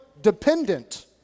Dependent